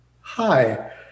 hi